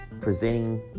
presenting